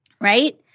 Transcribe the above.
right